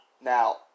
now